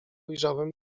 ujrzałem